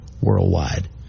worldwide